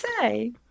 say